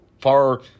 far